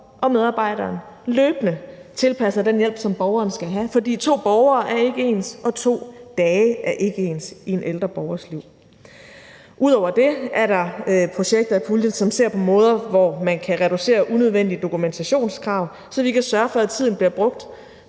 og medarbejderen løbende tilpasser den hjælp, som borgeren skal have, for to borgere er ikke ens, og 2 dage er ikke ens i en ældre borgers liv. Ud over det er der projekter i puljen, som ser på måder, hvorpå man kan reducere unødvendige dokumentationskrav, så vi kan sørge for, at tiden bliver brugt